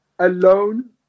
Alone